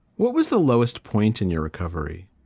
what was the lowest point in your recovery?